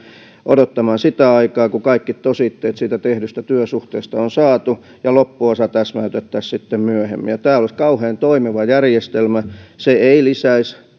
odottamaan sitä aikaa kun kaikki tositteet siitä tehdystä työsuhteesta on saatu eli loppuosa täsmäytettäisiin myöhemmin tämä olisi kauhean toimiva järjestelmä se ei lisäisi